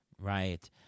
Right